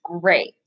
great